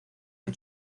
que